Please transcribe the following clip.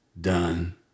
done